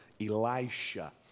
Elisha